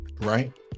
right